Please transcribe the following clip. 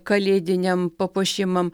kalėdiniam papuošimam